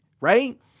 right